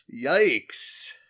Yikes